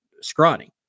scrawny